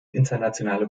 internationale